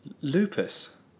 Lupus